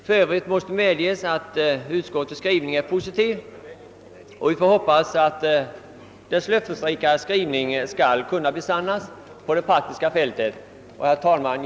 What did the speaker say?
För övrigt måste medges att utskottets skrivning är positiv, och vi får hoppas att dess löftesrika skrivning skall kunna besannas på det praktiska fältet. Herr talman!